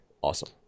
Awesome